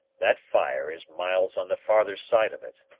that fire is miles on the farther side of it.